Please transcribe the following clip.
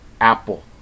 Apple